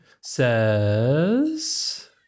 says